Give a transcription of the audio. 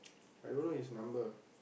I don't know his number